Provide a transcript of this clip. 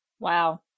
Wow